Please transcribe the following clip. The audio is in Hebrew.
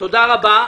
תודה רבה.